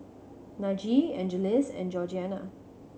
Najee Angeles and Georgianna